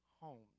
homes